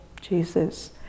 Jesus